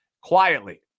Quietly